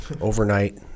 overnight